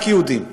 רק יהודים.